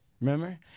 Remember